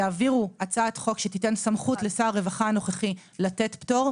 יעבירו הצעת חוק שתיתן סמכות לשר הרווחה הנוכחי לתת פטור,